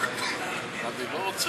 לסעיף 4 לא נתקבלה.